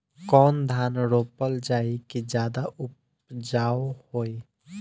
कौन धान रोपल जाई कि ज्यादा उपजाव होई?